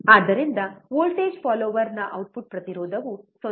ಆದ್ದರಿಂದ ವೋಲ್ಟೇಜ್ ಫಾಲ್ಲೋರ್ನ ಔಟ್ಪುಟ್ ಪ್ರತಿರೋಧವು 0